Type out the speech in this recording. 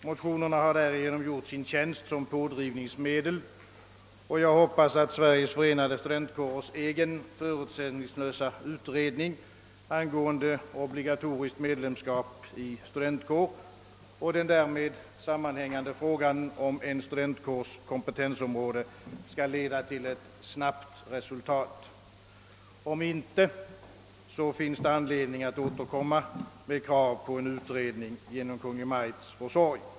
Motionerna har därigenom gjort sin tjänst som pådrivningsmedel, och jag hoppas, att Sveriges förenade studentkårers egen förutsättningslösa utredning angående obligatoriskt medlemskap i studentkår och den därmed sammanhängande frågan om en studentkårs kompetensområde skall leda till ett snabbt resultat. Om så inte sker, finns det anledning att återkomma med krav på en utredning genom Kungl. Maj:ts försorg.